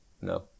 No